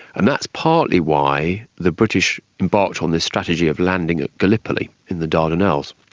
and that's partly why the british embarked on this strategy of landing at gallipoli, in the dardanelles.